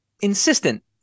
insistent